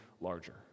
larger